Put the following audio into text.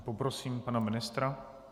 Poprosím pana ministra.